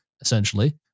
essentially